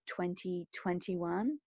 2021